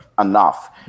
enough